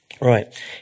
Right